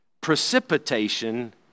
precipitation